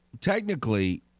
technically